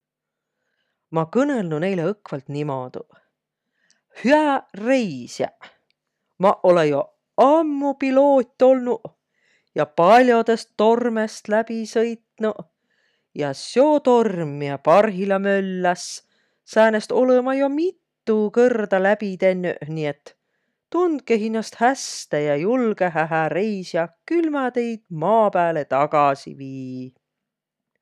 Ma kõnõlnuq näile õkvalt niimoodu: "Hüäq reisjäq! Maq olõ jo ammuq piloot olnuq ja pall'odõst tormõst läbi sõitnuq, ja seo torm, miä parhilla mölläs, säänest olõ ma jo mitu kõrda läbi tennüq. Nii et tundkõq hinnäst häste ja julgõhe, hääq reisjäq, külh ma teid maa pääle tagasi vii."